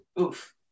Oof